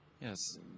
Yes